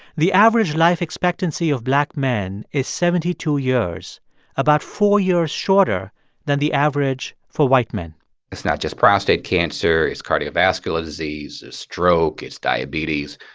the average life expectancy of black men is seventy two years about four years shorter than the average for white men it's not just prostate cancer. it's cardiovascular disease, stroke. it's diabetes.